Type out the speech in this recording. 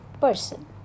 person